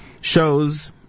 shows